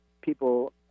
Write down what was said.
people